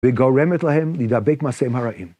וגורמת להם להידבק מעשיהם הרעים.